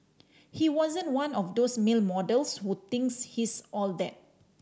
he wasn't one of those male models who thinks he's all that